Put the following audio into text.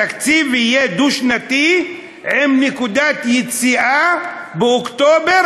התקציב יהיה דו-שנתי עם נקודת יציאה באוקטובר,